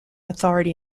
authority